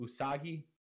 Usagi